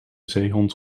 zeehond